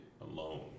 alone